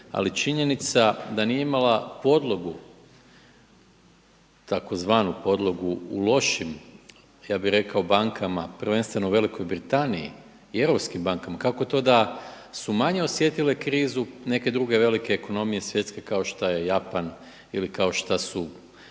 ali činjenica da nije imala podlogu tzv. podlogu u lošim, ja bih rekao bankama prvenstveno Velikoj Britaniji i europskim bankama. Kako to da su manje osjetile krizu neke druge velike ekonomije svjetske kao što je Japan ili kao šta su,